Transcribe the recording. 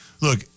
Look